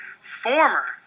Former